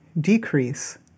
decrease